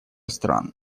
стран